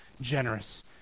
generous